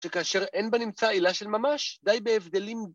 שכאשר אין בה נמצא עילה של ממש, די בהבדלים...